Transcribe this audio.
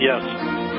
Yes